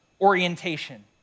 orientation